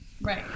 Right